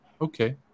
okay